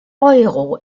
euro